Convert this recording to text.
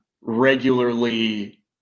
regularly